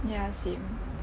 ya same